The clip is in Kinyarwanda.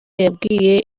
yabwiye